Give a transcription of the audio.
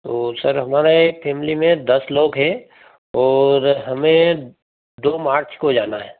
तो सर हमारी फैमली में दस लोग हैं और हमें दो मार्च को जाना है